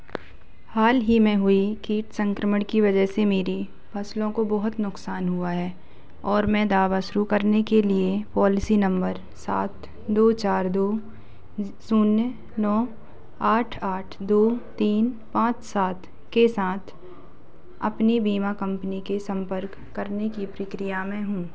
हाल ही में हुई कीट संक्रमण की वजह से मेरी फ़सलों को बहुत नुक़सान हुआ है और मैं दावा शुरू करने के लिए पौलिसी नंबर सात दो चार दो शून्य नौ आठ आठ दो तीन पाँच सात के साथ अपनी बीमा कंपनी की सम्पर्क करने की प्रक्रिया में हूँ